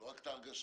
לא רק את ההרגשה,